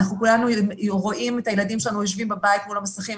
כולנו רואים את הילדים שלנו יושבים בבית מול המסכים,